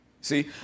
See